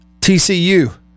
TCU